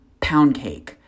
Poundcake